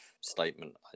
statement